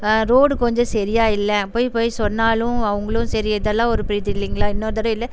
road கொஞ்சம் சரியா இல்லை போய் போய் சொன்னாலும் அவர்களும் சரி இதெல்லாம் ஒரு இது இல்லைங்களா இன்னொரு தடவை இல்லை